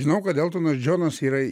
žinau kad eltonas džonas yra